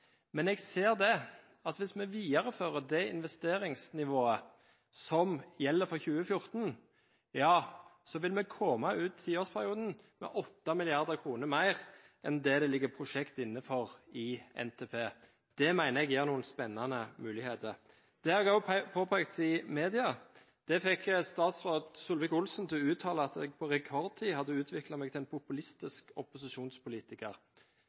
Men jeg ser at hvis vi viderefører det investeringsnivået som gjelder for 2014, vil vi komme ut av tiårsperioden med 8 mrd. kr mer enn det det ligger prosjekt inne for i NTP. Det mener jeg gir noen spennende muligheter. Det har jeg også påpekt i media. Det fikk statsråd Solvik-Olsen til å uttale at jeg på rekordtid hadde utviklet meg til en populistisk opposisjonspolitiker.